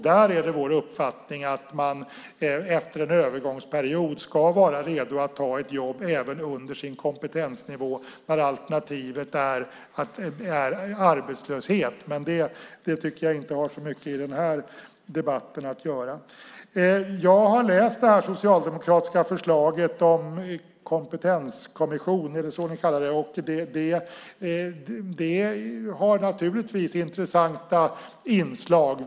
Där är vår uppfattning att man efter en övergångsperiod ska vara redo att ta ett jobb även under sin kompetensnivå när alternativet är arbetslöshet. Men det tycker jag inte har så mycket med den här debatten att göra. Jag har läst det socialdemokratiska förslaget om en kompetenskommission - det är väl så ni kallar det - och det har naturligtvis intressanta inslag.